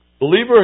Believer